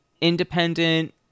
independent